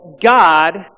God